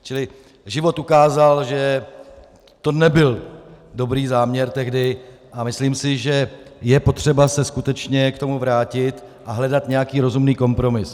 Čili život ukázal, že to nebyl dobrý záměr tehdy, a myslím si, že je potřeba se skutečně k tomu vrátit a hledat nějaký rozumný kompromis.